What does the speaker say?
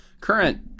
current